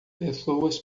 pessoas